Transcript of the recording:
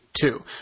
two